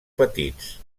petits